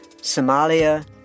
Somalia